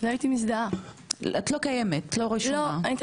לא הייתי מזדהה.